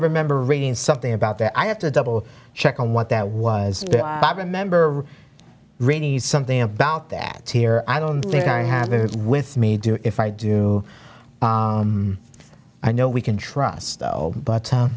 remember reading something about that i have to double check on what that was remember reading something about that here i don't think i have this with me do if i do i know we can trust oh but